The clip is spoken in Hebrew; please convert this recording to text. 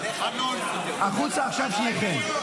החוצה עכשיו שניכם.